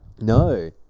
No